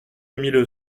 mille